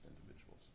individuals